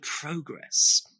progress